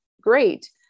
great